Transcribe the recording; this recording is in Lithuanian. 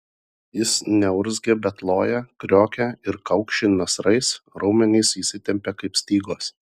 jis neurzgia bet loja kriokia ir kaukši nasrais raumenys įsitempia kaip stygos